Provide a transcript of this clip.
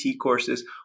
courses